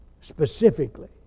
Specifically